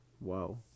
Wow